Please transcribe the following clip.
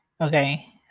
okay